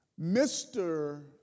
Mr